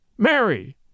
Mary